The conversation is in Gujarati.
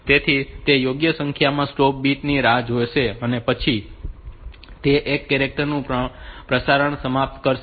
તેથી તે યોગ્ય સંખ્યામાં સ્ટોપ બિટ્સ ની રાહ જોશે અને પછી તે એક કેરેક્ટર નું પ્રસારણ સમાપ્ત કરશે